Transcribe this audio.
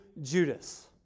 Judas